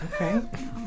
Okay